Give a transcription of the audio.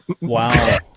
Wow